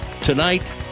tonight